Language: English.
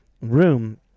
room